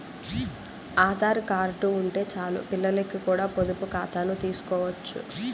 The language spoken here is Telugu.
ఆధార్ కార్డు ఉంటే చాలు పిల్లలకి కూడా పొదుపు ఖాతాను తీసుకోవచ్చు